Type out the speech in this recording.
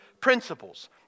principles